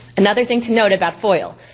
another thing to note about foil,